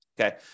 Okay